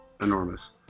enormous